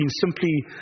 simply